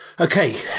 Okay